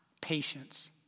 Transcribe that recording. patience